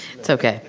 it's okay.